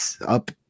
up